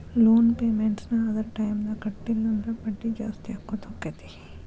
loan payment ನ್ನ ಅದರ್ ಟೈಮ್ದಾಗ್ ಕಟ್ಲಿಲ್ಲಂದ್ರ ಬಡ್ಡಿ ಜಾಸ್ತಿಅಕ್ಕೊತ್ ಹೊಕ್ಕೇತಿ